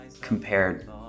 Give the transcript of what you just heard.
compared